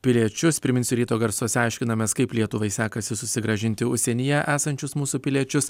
piliečius priminsiu ryto garsuose aiškinamės kaip lietuvai sekasi susigrąžinti užsienyje esančius mūsų piliečius